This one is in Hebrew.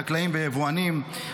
חקלאים ויבואנים.